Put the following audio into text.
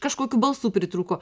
kažkokių balsų pritrūko